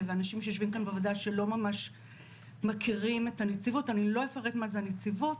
על כך שהוא לא יצא או שיש בקשה מהמשפחה שהוא לא יצא,